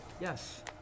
yes